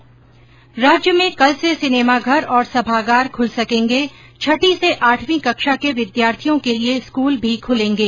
्र राज्य में कल से सिनेमाघर और सभागार खुल सकेंगे छठी से आठवीं कक्षा के विद्यार्थियों के लिये स्कूल भी खुलेंगे